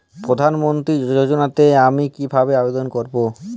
প্রধান মন্ত্রী যোজনাতে আমি কিভাবে আবেদন করবো?